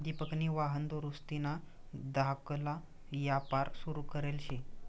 दिपकनी वाहन दुरुस्तीना धाकला यापार सुरू करेल शे